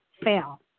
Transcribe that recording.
fail